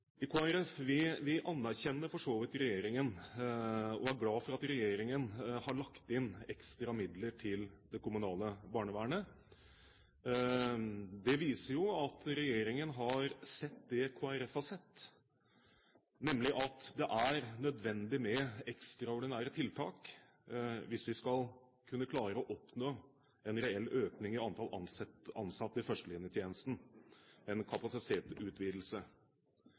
glad for at regjeringen anerkjenner behovet her, og for at regjeringen har lagt inn ekstra midler til det kommunale barnevernet. Det viser jo at regjeringen har sett det Kristelig Folkeparti har sett, nemlig at det er nødvendig med ekstraordinære tiltak hvis vi skal kunne klare å oppnå en reell økning i antall ansatte i